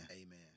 Amen